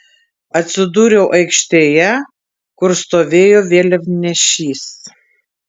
atsidūriau aikštėje kur stovėjo vėliavnešys